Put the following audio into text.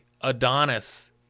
Adonis